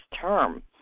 term